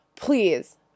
please